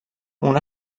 una